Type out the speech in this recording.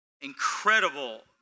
incredible